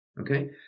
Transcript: okay